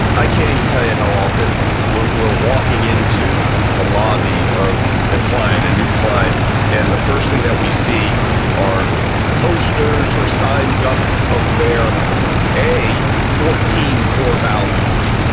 i can't even tell you how often we're we're walking into a lobby of a client, a new client and the first thing that we see are posters or signs up of their a, fourteen core values.